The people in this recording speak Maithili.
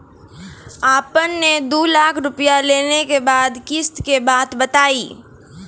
आपन ने दू लाख रुपिया लेने के बाद किस्त के बात बतायी?